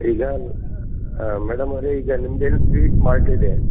ಈಗ ಮೇಡಮ್ ಅವರೆ ಈಗ ನಿಮ್ದು ಏನು ಸ್ವೀಟ್ ಮಾರ್ಟ್ ಇದೆ